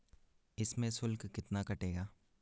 इसमें शुल्क कितना कटेगा?